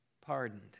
pardoned